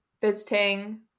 visiting